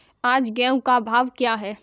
आज गेहूँ का भाव क्या है?